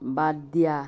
বাদ দিয়া